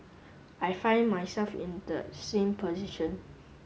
I find myself in that same position